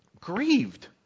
grieved